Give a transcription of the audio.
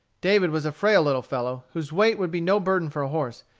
david was a frail little fellow, whose weight would be no burden for a horse,